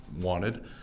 wanted